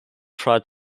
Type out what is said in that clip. tried